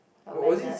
awareness